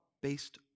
based